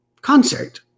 concert